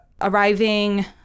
arriving